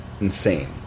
insane